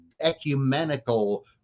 ecumenical